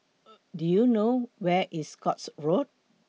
Do YOU know Where IS Scotts Road